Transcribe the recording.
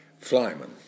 flyman